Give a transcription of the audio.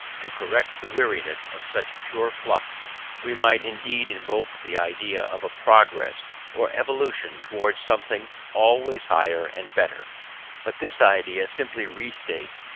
to correct the weariness of such pure flux we might indeed invoke the idea of a progress or evolution towards something always higher and better but this idea simply reinstates,